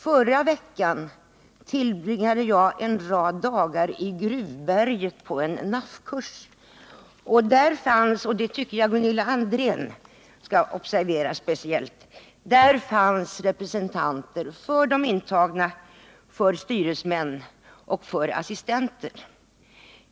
Förra veckan tillbringade jag en rad dagar i Gruvberget på en NAFF-kurs. Där fanns, och det tycker jag att Gunilla André skall observera speciellt, representanter för de intagna, för styresmän och för assistenter.